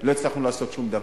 לא הצלחנו לעשות שום דבר.